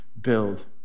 build